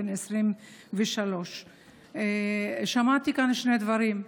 בן 23. שמעתי כאן שני דברים.